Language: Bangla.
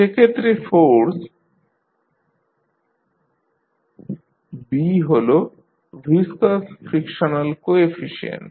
সেক্ষেত্রে ফোর্স B হল ভিসকাস ফ্রিকশনাল কোএফিশিয়েন্ট